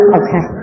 okay